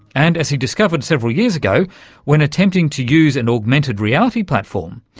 and as he discovered several years ago when attempting to use an augmented reality platform,